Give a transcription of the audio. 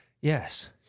Yes